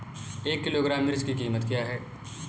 एक किलोग्राम मिर्च की कीमत क्या है?